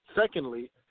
Secondly